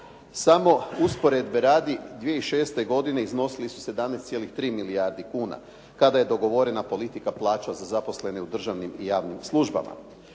samo usporedbe radi 2006. godine iznosili su 17,3 milijardi kuna kada je dogovorena politika plaća za zaposlene u državnim i javnim službama.